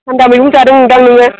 थान्दा मैगं जादों दां नोङो